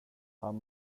han